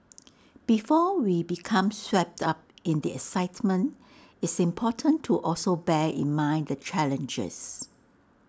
before we become swept up in the excitement it's important to also bear in mind the challenges